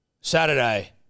Saturday